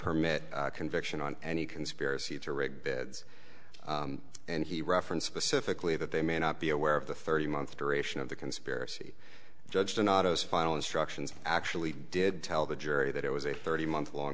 permit conviction on any conspiracy to rig beds and he referenced specifically that they may not be aware of the thirty month duration of the conspiracy judge donato's final instructions actually did tell the jury that it was a thirty month long